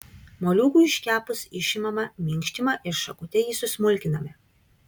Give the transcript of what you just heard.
moliūgui iškepus išimame minkštimą ir šakute jį susmulkiname